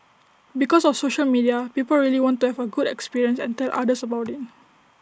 because of social media people really want to have A good experience and tell others about IT